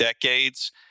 decades